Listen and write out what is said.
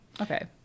okay